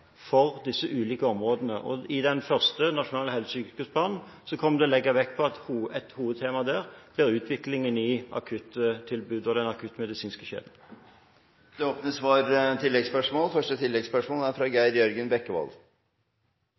for disse ulike områdene. I den første nasjonale helse- og sykehusplanen kommer vi til å legge vekt på at et hovedtema der blir utviklingen i akuttilbudet og den akuttmedisinske kjeden. Det åpnes for oppfølgingsspørsmål – først Geir Jørgen Bekkevold.